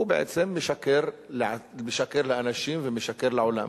הוא בעצם משקר לאנשים ומשקר לעולם.